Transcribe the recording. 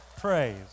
praise